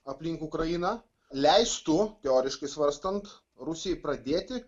aplink ukrainą leistų teoriškai svarstant rusijai pradėti